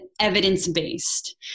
evidence-based